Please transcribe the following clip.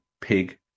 pig